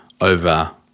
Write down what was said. over